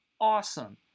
awesome